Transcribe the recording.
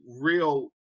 real